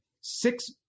six